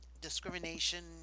discrimination